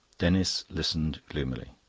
denis listened gloomily.